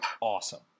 awesome